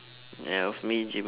ya of me gymming